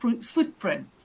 footprint